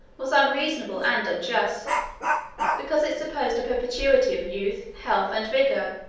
was unreasonable and unjust because it supposed a perpetuity of youth, health, and vigour,